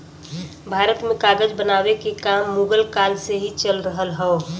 भारत में कागज बनावे के काम मुगल काल से ही चल रहल हौ